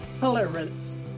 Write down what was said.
tolerance